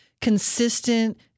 consistent